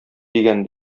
дигән